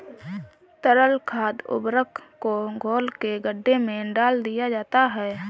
तरल खाद उर्वरक को घोल के गड्ढे में डाल दिया जाता है